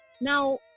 now